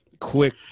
quick